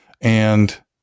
and-